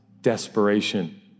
desperation